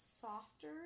softer